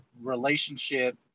relationship